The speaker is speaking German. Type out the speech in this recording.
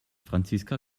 franziska